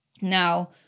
Now